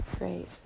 Great